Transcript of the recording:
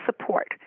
support